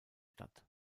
stadt